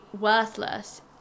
worthless